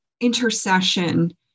intercession